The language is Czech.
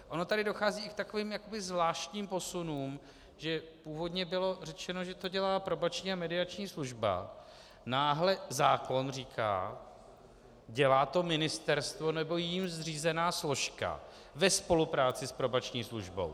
Ono tady dochází i k takovým jakoby zvláštním posunům, že původně bylo řečeno, že to dělá Probační a mediační služba, náhle zákon říká, že to dělá ministerstvo nebo jím zřízená složka ve spolupráci s Probační službou.